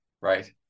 right